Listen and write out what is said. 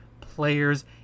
players